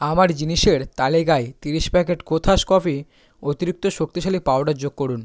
আমার জিনিসের তালিকায় তিরিশ প্যাকেট কোথাস কফি অতিরিক্ত শক্তিশালী পাউডার যোগ করুন